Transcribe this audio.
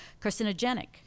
carcinogenic